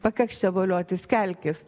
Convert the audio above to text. pakaks čia voliotis kelkis